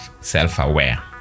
self-aware